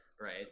right